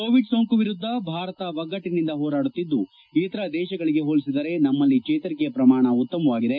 Covid ಸೋಂಕು ವಿರುದ್ದ ಭಾರತ ಒಗ್ಗಟ್ಟಿನಿಂದ ಹೋರಾಡುತ್ತಿದ್ದು ಇತರ ದೇಶಗಳಿಗೆ ಹೋಲಿಸಿದರೆ ನಮ್ಮಲ್ಲಿ ಚೇತರಿಕೆ ಪ್ರಮಾಣ ಉತ್ತಮವಾಗಿದೆ